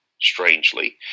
strangely